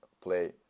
play